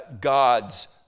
God's